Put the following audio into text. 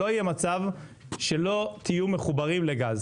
לא יהיה מצב שלא תהיו מחוברים לגז.